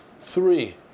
Three